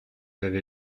avez